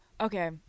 okay